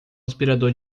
aspirador